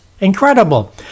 Incredible